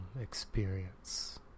experience